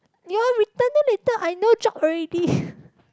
you all return then later I no job already